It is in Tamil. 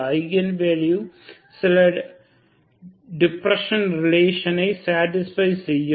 ஐகன் வேல்யூ சில டிஸ்பர்ஷன் ரிலேஷன் ஐ சேடிஸ்பை செய்யும்